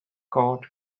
court